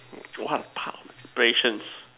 what part patience